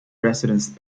residence